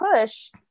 push